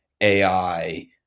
AI